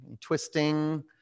twisting